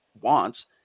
wants